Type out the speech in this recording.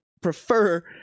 prefer